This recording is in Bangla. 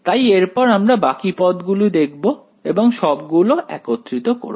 তাই এরপর আমরা বাকি পদগুলি দেখব এবং সবগুলো একত্রিত করব